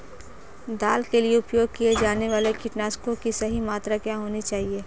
दाल के लिए उपयोग किए जाने वाले कीटनाशकों की सही मात्रा क्या होनी चाहिए?